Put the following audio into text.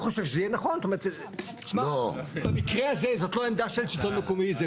זאת לא עמדה של שלטון מקומי.